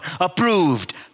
approved